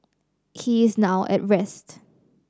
he is now at rest